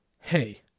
hey